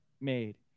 made